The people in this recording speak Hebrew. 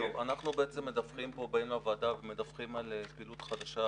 אנחנו באים לוועדה ומדווחים על פעילות חדשה